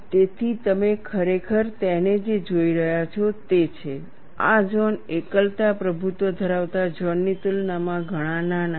તેથી તમે ખરેખર તેને જે જોઈ રહ્યા છો તે છે આ ઝોન એકલતા પ્રભુત્વ ધરાવતા ઝોનની તુલનામાં ઘણા નાના છે